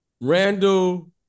Randall